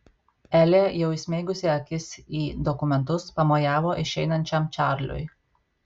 elė jau įsmeigusi akis į dokumentus pamojavo išeinančiam čarliui